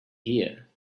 here